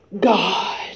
God